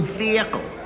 vehicle